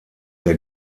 der